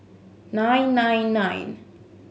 nine nine nine